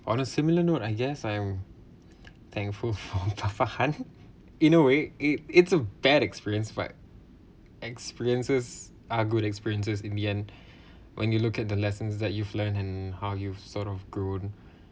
on a similar note I guess I'm thankful for fa~ in a way it it's a bad experience but experiences are good experiences in the end when you look at the lessons that you've learnt and how you've sort of grown